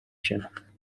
вчинок